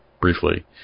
briefly